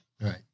Right